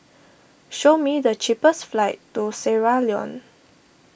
show me the cheapest flights to Sierra Leone